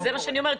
זה מה שאני אומרת,